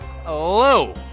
Hello